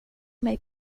mig